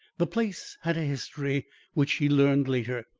the place had a history which she learned later.